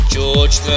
George